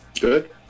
Good